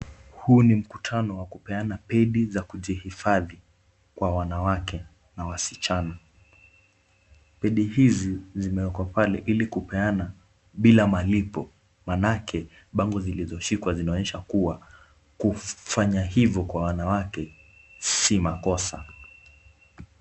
Huu ni mkutano wa kupeana pedi za kujihifadhi kwa wanawake na wasichana. Pedi hizi zimewekwa pale ili kupeana bila malipo maanake bango zilizoshikwa zinaonyesha kuwa kufanya hivyo kwa wanawake si makosa.